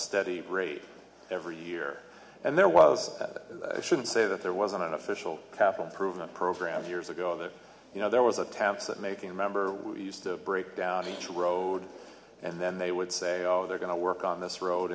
steady rate every year and there was that i should say that there wasn't an official catholic prove the program years ago that you know there was attempts at making remember we used to break down each road and then they would say oh they're going to work on this road